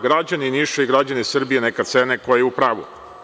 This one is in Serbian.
Građani Niša i građani Srbije neka cene ko je u pravu.